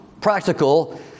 practical